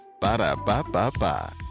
Ba-da-ba-ba-ba